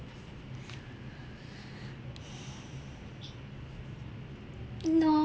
no